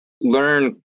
learn